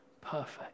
perfect